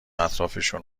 اطرافشون